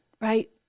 Right